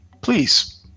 Please